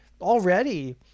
already